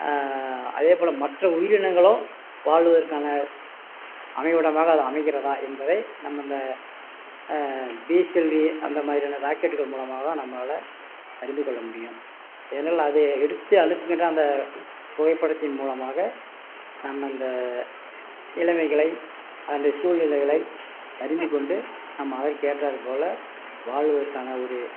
அதே போல் மற்ற உயிரினங்களும் வாழ்வதற்கான அமைவிடமாக அது அமைகிறதா என்பதை நம்ம இந்த பிஎஸ்எல்வி அந்த மாதிரியான ராக்கெட்டுகள் மூலமாக தான் நம்மளால் அறிந்துக்கொள்ள முடியும் ஏனா அது எடுத்து அனுப்புகின்ற அந்த புகைப்படத்தின் மூலமாக நம்ம அந்த நிலமைகளை அதனுடைய சூல்நிலைகளை அறிந்துக்கொண்டு நாம் அதற்கேற்றார் போல் வாழ்வதற்கான ஒரு